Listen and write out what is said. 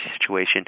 situation